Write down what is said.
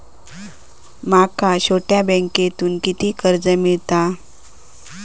माका छोट्या बँकेतून किती कर्ज मिळात?